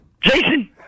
Jason